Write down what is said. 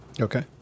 Okay